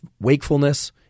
wakefulness